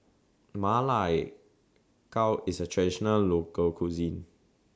Ma Lai Gao IS A Traditional Local Cuisine